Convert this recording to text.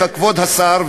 כבוד השר,